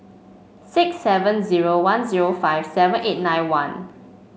six seven zero one zero five seven eight nine one